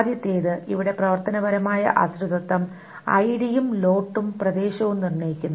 ആദ്യത്തേത് ഇവിടെ പ്രവർത്തനപരമായ ആശ്രിതത്വം ഐഡിയും ലോട്ടും പ്രദേശവും നിർണ്ണയിക്കുന്നു